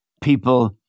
people